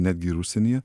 netgi ir užsienyje